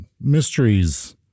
mysteries